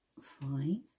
fine